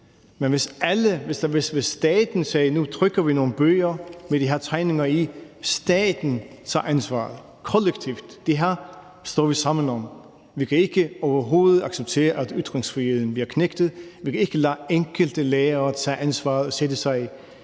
Men her kunne staten sige: Nu trykker vi nogle bøger med de her tegninger i, så staten tager kollektivt ansvar. Det her står vi sammen om. Vi kan overhovedet ikke acceptere, at ytringsfriheden bliver knægtet; vi vil ikke lade enkelte lærere tage ansvaret og risikere